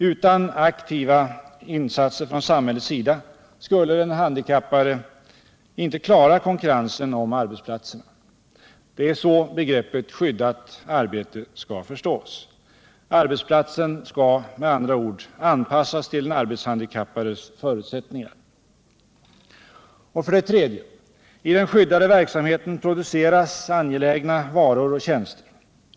Utan aktiva insatser från samhällets sida skulle den handikappade inte klara konkurrensen om arbetsplatserna. Det är så begreppet ”skyddat arbete” skall förstås. Arbetsplatsen skall med andra ord anpassas till den arbetshandikappades förutsättningar. 3. I den skyddade verksamheten produceras angelägna varor och tjänster.